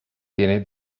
tiene